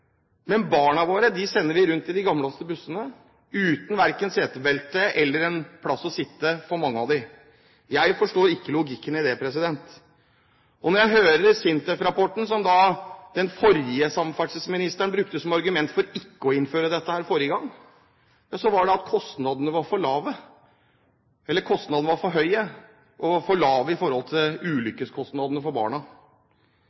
en plass å sitte. Jeg forstår ikke logikken i det. Konklusjonen i SINTEF-rapporten, som den forrige samferdselsministeren brukte som argument for ikke å innføre dette forrige gang, var at kostnadene ved innføring var for